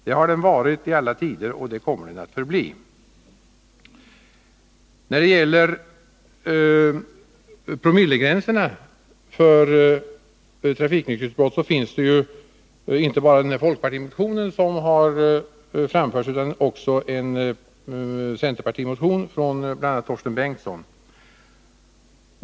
Det har den varit i alla tider, och det kommer den att förbli. När det gäller frågan om promillegränserna vid trafiknykterhetsbrott finns det ju inte bara en folkpartimotion som har berört dem utan också en centerpartimotion av bl.a. Torsten Bengtson.